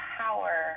power